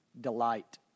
delight